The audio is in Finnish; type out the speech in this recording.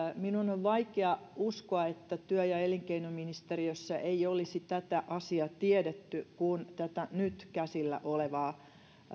minun on vaikea uskoa että työ ja elinkeinoministeriössä ei olisi tätä asiaa tiedetty kun tätä nyt käsillä olevaa